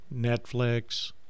Netflix